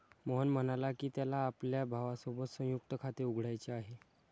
मोहन म्हणाला की, त्याला आपल्या भावासोबत संयुक्त खाते उघडायचे आहे